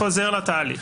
אני חוזר על התהליך.